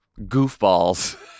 goofballs